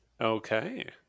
Okay